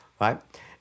right